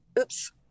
oops